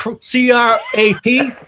c-r-a-p